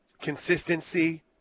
consistency